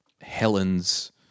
Helen's